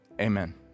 Amen